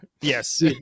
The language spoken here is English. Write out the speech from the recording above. Yes